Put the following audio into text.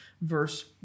Verse